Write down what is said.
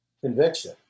conviction